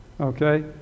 Okay